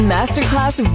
Masterclass